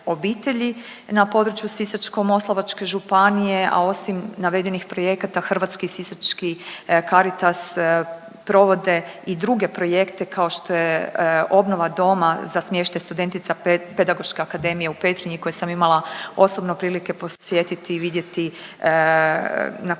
na području Sisačko-moslavačke županije, a osim navedenih projekata hrvatski i sisački Caritas provode i druge projekte kao što je obnova doma za smještaj studentica Pedagoške akademije u Petrinji koje sam imala osobno prilike posjetiti i vidjeti na koji